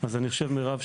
מירב,